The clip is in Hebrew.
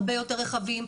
הרבה יותר רחבים,